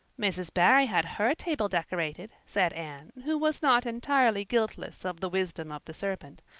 mrs. barry had her table decorated, said anne, who was not entirely guiltless of the wisdom of the serpent,